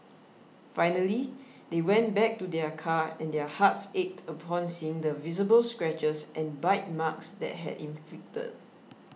finally they went back to their car and their hearts ached upon seeing the visible scratches and bite marks that had inflicted